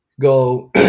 go